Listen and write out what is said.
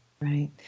right